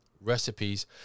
recipes